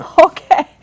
Okay